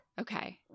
Okay